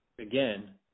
Again